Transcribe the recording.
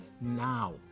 now